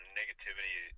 negativity